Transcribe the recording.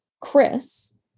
Chris